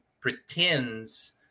pretends